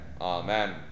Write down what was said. Amen